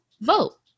vote